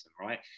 right